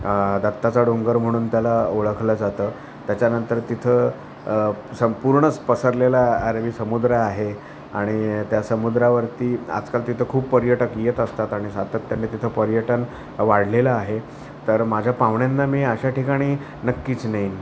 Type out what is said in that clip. दत्ताचा डोंगर म्हणून त्याला ओळखलं जातं त्याच्यानंतर तिथं संपूर्णच पसरलेला अरबी समुद्र आहे आणि त्या समुद्रावरती आजकाल तिथं खूप पर्यटक येत असतात आणि सातत्यानं तिथं पर्यटन वाढलेलं आहे तर माझ्या पाहुण्यांना मी अशा ठिकाणी नक्कीच नेईन